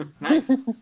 Nice